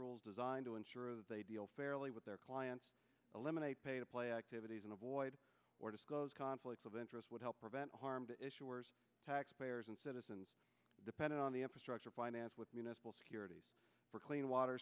rules designed to ensure they deal fairly with their clients eliminate pay to play activities and avoid or disclose conflicts of interest would help prevent harm to taxpayers and citizens depending on the infrastructure finance with municipal securities for clean water